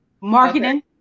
marketing